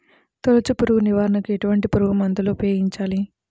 తొలుచు పురుగు నివారణకు ఎటువంటి పురుగుమందులు ఉపయోగించాలి?